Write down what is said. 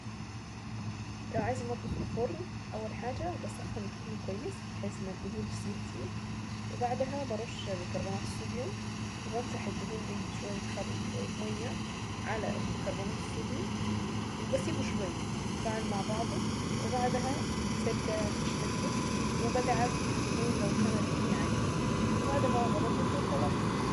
لو عايز مطبخ الفرن اول حاجة بسخن الفرن كويس بحيس ان الدهون تسيح فيه. وبعدها برش بيكربونات الصوديوم وبمسح الدهون دي بشوية خل وشوية مية على بيكربونات الصوديوم وبسيبه شوية يتفاعل مع بعضه وبعدها بسلكة خشنة كده وبدعك الدهون لو كانت دهون عنيدة وبعدها بنضفه وخلاص.